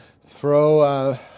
throw